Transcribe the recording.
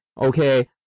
Okay